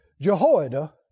Jehoiada